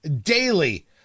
daily